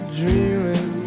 dreaming